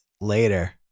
later